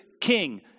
King